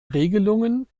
regelungen